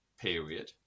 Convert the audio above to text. period